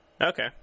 Okay